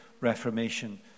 reformation